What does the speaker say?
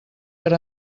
per